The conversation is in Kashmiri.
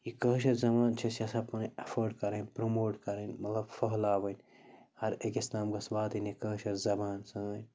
یہِ کٲشِر زبان چھِ أسۍ یَژھان اٮ۪فٲڈ کَرٕنۍ پرٛموٹ کَرٕنۍ مطلب پھٔہلاوٕنۍ ہر أکِس تام گٔژھ واتٕنۍ یہِ کٲشِر زبان سٲنۍ